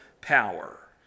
power